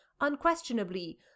unquestionably